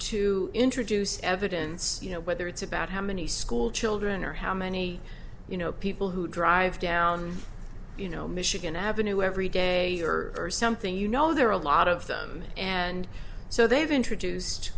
to introduce evidence you know whether it's about how many school children or how many you know people who drive down you know michigan avenue every day or something you know there are a lot of them and so they have introduced